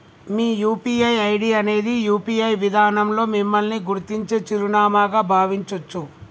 మీ UPI ID అనేది UPI విధానంలో మిమ్మల్ని గుర్తించే చిరునామాగా భావించొచ్చు